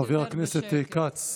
חבר הכנסת כץ,